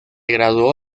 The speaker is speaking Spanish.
graduó